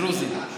הדרוזי.